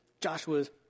Joshua's